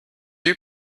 you